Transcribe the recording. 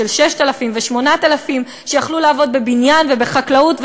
של 6,000 ו-8,000 שהיו יכולים לעבוד בבניין ובחקלאות,